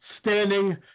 standing